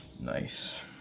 Nice